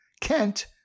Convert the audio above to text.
Kent